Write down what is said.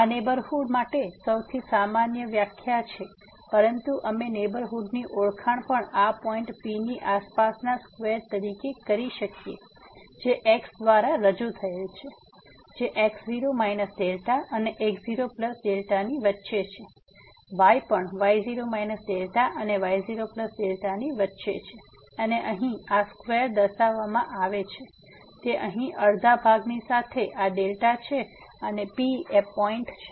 આ નેહબરહુડ માટે સૌથી સામાન્ય વ્યાખ્યા છે પરંતુ અમે નેહબરહુડ ની ઓળખાણ પણ આ પોઈન્ટ P ની આસપાસના સ્ક્વેર તરીકે કરી શકીએ છીએ જે x દ્વારા રજૂ થયેલ છે જે x0 δ અને x0δ વચ્ચે છે y પણ y0 δ અને y0δ વચ્ચે છે અને આ અહી સ્ક્વેર દ્વારા દર્શાવવામાં આવે છે તે અહીં અડધા ભાગની સાથે આ δ છે અને P એ પોઈન્ટ છે